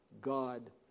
God